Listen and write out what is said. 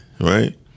right